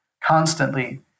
Constantly